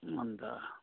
अन्त